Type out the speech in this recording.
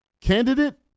candidate